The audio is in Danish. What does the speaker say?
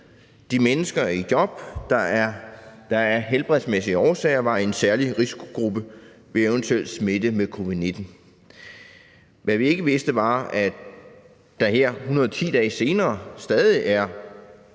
de mennesker i job, der af helbredsmæssige årsager var i en særlig risikogruppe ved eventuel smitte med covid-19. Hvad vi ikke vidste var, at der her 110 dage senere stadig er